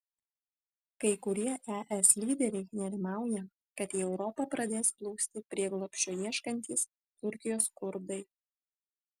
kai kurie es lyderiai nerimauja kad į europą pradės plūsti prieglobsčio ieškantys turkijos kurdai